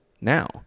Now